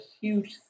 huge